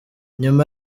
nyuma